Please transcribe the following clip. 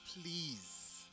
please